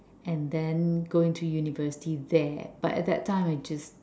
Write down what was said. and then go into university there but at that time I just